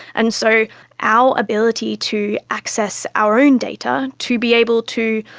and so our ability to access our own data to be able to,